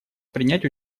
принять